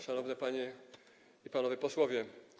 Szanowni Panie i Panowie Posłowie!